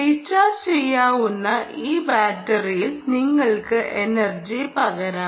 recharge ചെയ്യാവുന്ന ഈ ബാറ്ററിയിൽ നിങ്ങൾക്ക് എനർജി പകരാം